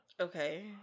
okay